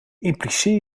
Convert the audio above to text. impliceer